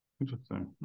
Interesting